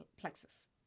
plexus